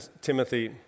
Timothy